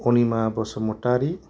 Anima Basumatary